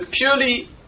purely